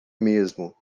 mesmo